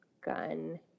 gun